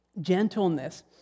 gentleness